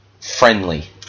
friendly